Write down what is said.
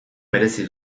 merezi